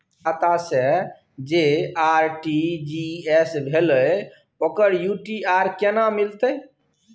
हमर खाता से जे आर.टी.जी एस भेलै ओकर यू.टी.आर केना मिलतै?